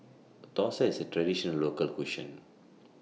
Thosai IS A Traditional Local Cuisine